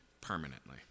permanently